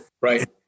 right